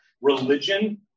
Religion